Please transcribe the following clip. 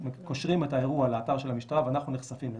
קושרים את האירוע לאתר של המשטרה ואנחנו נחשפים לזה.